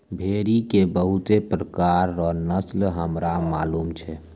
भेड़ी के बहुते प्रकार रो नस्ल हमरा मालूम छै